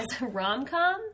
rom-com